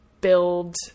build